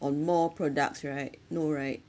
on more products right no right